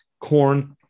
corn